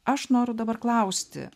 aš noriu dabar klausti